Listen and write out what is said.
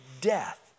death